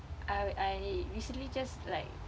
I I recently just like